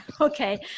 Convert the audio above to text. Okay